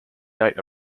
night